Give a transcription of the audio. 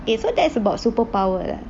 eh so that's about superpower lah